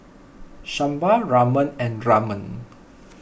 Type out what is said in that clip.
Sambar Ramen and Ramen